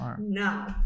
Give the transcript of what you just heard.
no